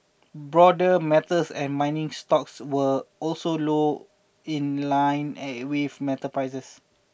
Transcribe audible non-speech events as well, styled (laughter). broader metals and mining stocks were also lower in line (hesitation) with metal prices